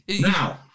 Now